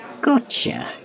Gotcha